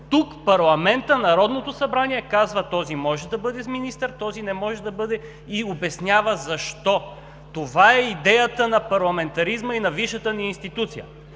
Тук парламентът, Народното събрание казва: този може да бъде министър, този не може да бъде, и обяснява защо. Това е идеята на парламентаризма и на висшата ни институция.